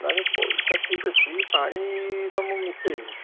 ନାଇଁ ନାଇଁ ପଇସା ଠିକ୍ ଅଛି ପାଣି ତ ମୁଁ ମିଶାଇନି